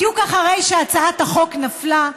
בדיוק אחרי שהצעת החוק נפלה,